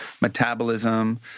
metabolism